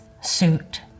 suit